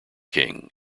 king